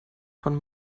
von